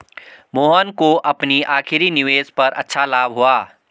मोहन को अपनी आखिरी निवेश पर अच्छा लाभ हुआ